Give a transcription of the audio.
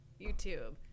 YouTube